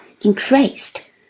increased